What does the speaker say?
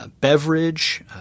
beverage